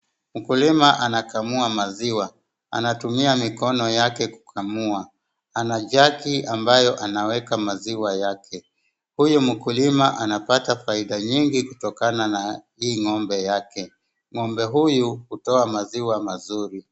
Mkulima anakamua maziwa, anatumia mikono yake kukamua. Ana jagi ambayo anaweka maziwa yake. Huyu mkulima anapata faida nyingi kutokana na hii ng'ombe yake.Ng'ombe huyu hutoa maziwa mazuri.